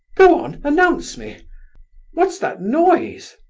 go on, announce me what's that noise?